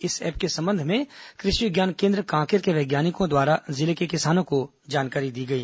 इस ऐप के संबंध में कृषि विज्ञान केन्द्र कांकेर के वैज्ञानिकों द्वारा जिले के किसानों को जानकारी दी गई